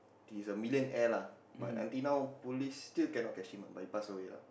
he's a millionaire lah but until now police still cannot catch him lah but he pass away lah